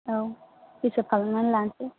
औ हिसाब खालामनानै लानोसै